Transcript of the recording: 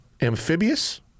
amphibious